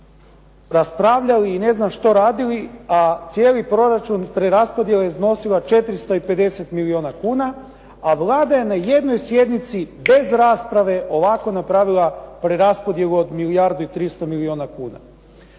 raspravljali i ne znam što radili a cijeli proračun preraspodjela je iznosila 450 milijuna kuna a Vlada je na jednoj sjednici bez rasprave ovako napravila preraspodjelu od milijardu i 300 milijuna kuna.